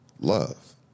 love